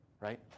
right